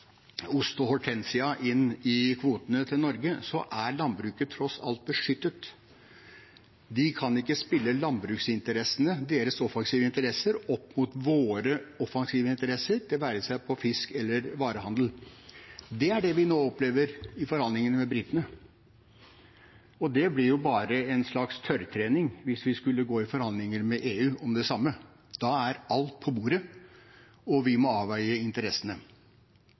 hortensia inn i kvotene til Norge, er landbruket tross alt beskyttet. De kan ikke spille landbruksinteressene, sine offensive interesser, opp mot våre offensive interesser, det være seg fisk eller varehandel. Det er det vi nå opplever i forhandlingene med britene, og det blir jo bare en slags tørrtrening hvis vi skulle gå i forhandlinger med EU om det samme. Da er alt på bordet, og vi må avveie interessene.